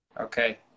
Okay